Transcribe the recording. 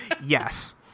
Yes